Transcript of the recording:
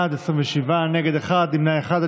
בעד, 27, נגד, אחד, נמנע, אחד.